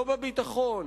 לא בביטחון,